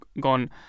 gone